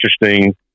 interesting